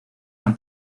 han